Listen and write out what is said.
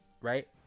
right